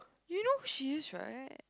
you know who she is right